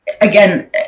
Again